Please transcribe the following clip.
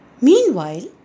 Meanwhile